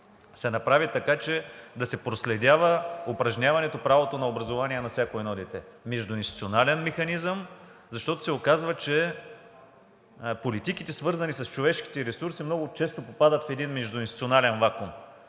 се направи така, че да се проследява упражняване правото на образование на всяко едно дете – междуинституционален механизъм, защото се оказва, че политиките, свързани с човешките ресурси, много често попадат в един междуинституционален вакуум.